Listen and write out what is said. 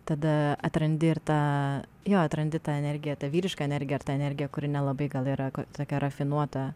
tada atrandi ir tą jo atrandi tą energiją tą vyrišką energiją ir tą energiją kuri nelabai gal yra tokia rafinuota